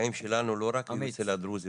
ההודעות נפגעים שלנו היו לא רק אצל הדרוזים,